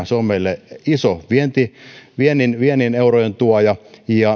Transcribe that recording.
se on meille iso viennin viennin eurojen tuoja ja